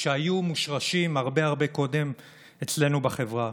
שהיו מושרשים הרבה הרבה קודם אצלנו בחברה.